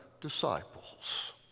disciples